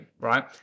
right